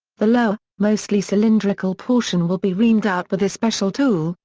the lower, mostly cylindrical portion will be reamed out with a special tool,